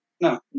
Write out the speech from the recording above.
No